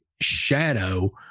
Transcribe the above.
shadow